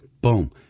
Boom